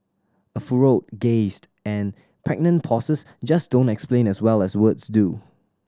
a furrowed gazed and pregnant pauses just don't explain as well as words do